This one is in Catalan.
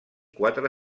quatre